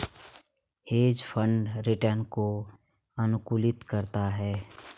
hedge fund return को अनुकूलित करता है